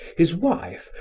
his wife,